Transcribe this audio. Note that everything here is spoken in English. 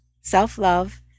self-love